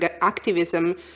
activism